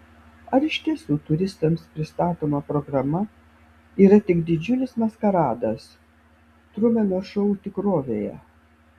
ar iš tiesų turistams pristatoma programa yra tik didžiulis maskaradas trumeno šou tikrovėje